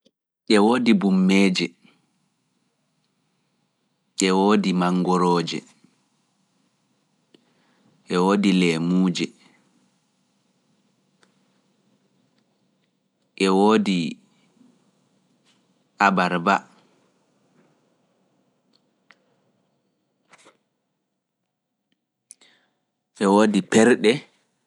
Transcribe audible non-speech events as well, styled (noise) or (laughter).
E woodi ɓummeeje, e woodi manngorooje, e woodi leemuuje, e woodi abarba, (hesitation) e woodi perɗe.